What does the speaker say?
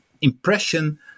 impression